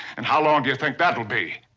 and how long do you think that will be?